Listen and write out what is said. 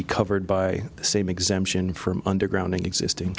be covered by the same exemption from underground existing